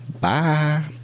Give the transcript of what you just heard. Bye